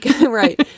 right